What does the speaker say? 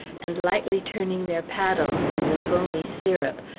and lightly turning their paddles in the foamy syrup,